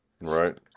Right